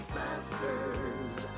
masters